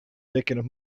tekkinud